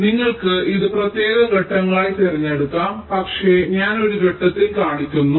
ഇപ്പോൾ നിങ്ങൾക്ക് ഇത് പ്രത്യേക ഘട്ടങ്ങളായി തിരഞ്ഞെടുക്കാം പക്ഷേ ഞാൻ ഒരു ഘട്ടത്തിൽ കാണിക്കുന്നു